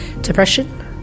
depression